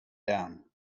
down